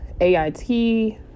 AIT